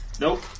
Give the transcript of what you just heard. Nope